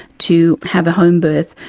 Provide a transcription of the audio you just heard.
to have a homebirth,